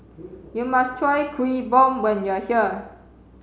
you must try Kuih Bom when you are here